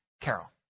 Carol